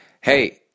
hey